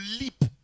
leap